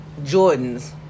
Jordans